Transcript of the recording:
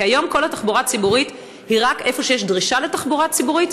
כי היום כל התחבורה הציבורית היא רק במקום שיש דרישה לתחבורה ציבורית,